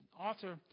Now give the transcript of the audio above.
author